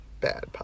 bad